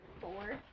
four